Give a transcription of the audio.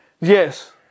Yes